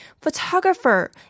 photographer